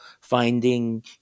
finding